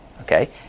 Okay